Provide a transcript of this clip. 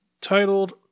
titled